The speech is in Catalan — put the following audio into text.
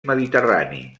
mediterrani